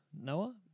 Noah